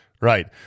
Right